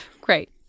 Great